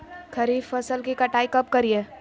खरीफ फसल की कटाई कब करिये?